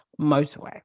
motorway